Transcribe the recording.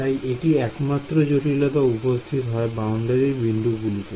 তাই এটি একমাত্র জটিলতা উপস্থিত হয় বাউন্ডারি বিন্দু গুলিতে